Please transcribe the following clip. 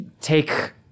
take